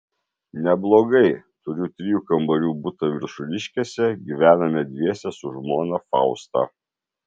neblogai turiu trijų kambarių butą viršuliškėse gyvename dviese su žmona fausta